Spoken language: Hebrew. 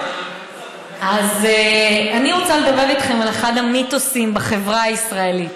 אז אני רוצה לדבר איתכם על אחד המיתוסים בחברה הישראלית,